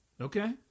Okay